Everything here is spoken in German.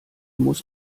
muss